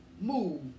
move